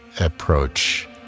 approach